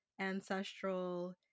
ancestral